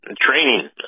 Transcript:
training